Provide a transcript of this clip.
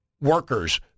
workers